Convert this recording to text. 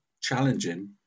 challenging